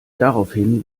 daraufhin